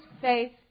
faith